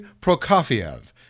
Prokofiev